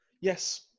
Yes